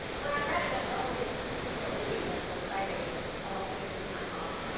when i read it, and i thought, oh, it's two female leads. that's so exciting. and i'll also get some time off.